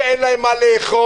אין להם מה לאכול.